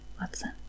Watson